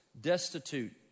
destitute